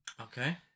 Okay